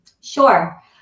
sure